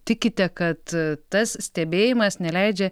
tikite kad tas stebėjimas neleidžia